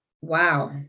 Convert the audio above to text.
wow